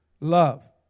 Love